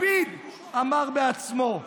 לפיד אמר בעצמו: